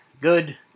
good